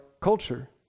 culture